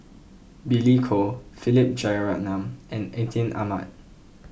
Billy Koh Philip Jeyaretnam and Atin Amat